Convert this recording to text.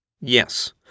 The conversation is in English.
Yes